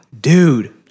Dude